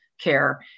care